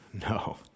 No